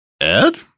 Ed